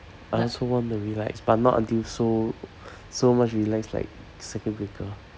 I also want to relax but not until so so much relax like circuit breaker